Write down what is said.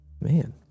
Man